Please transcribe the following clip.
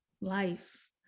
life